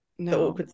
no